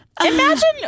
Imagine